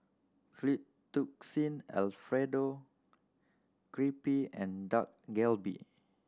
Fettuccine Alfredo Crepe and Dak Galbi